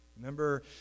Remember